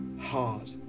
hard